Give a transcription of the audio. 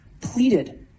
pleaded